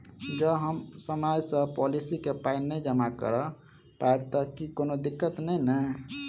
जँ हम समय सअ पोलिसी केँ पाई नै जमा कऽ पायब तऽ की कोनो दिक्कत नै नै?